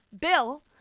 bill-